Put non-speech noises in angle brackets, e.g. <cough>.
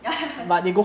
<laughs>